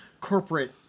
corporate